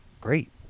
great